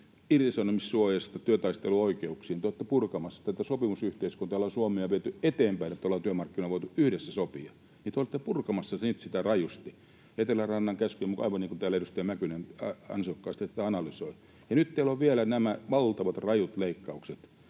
irtisanomissuojasta työtaisteluoikeuksiin — te olette purkamassa tätä sopimusyhteiskuntaa, jolla Suomea on viety eteenpäin, että ollaan työmarkkinoilla voitu yhdessä sopia. Te olette purkamassa nyt sitä rajusti Etelärannan käskyjen mukaan, aivan niin kuin täällä edustaja Mäkynen ansiokkaasti tätä analysoi. Ja nyt teillä on vielä nämä valtavat, rajut leikkaukset,